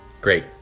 Great